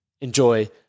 enjoy